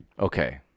Okay